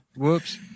Whoops